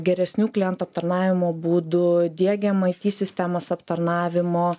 geresnių klientų aptarnavimo būdų diegiam it sistemas aptarnavimo